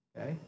okay